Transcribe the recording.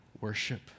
worship